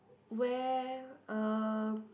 where um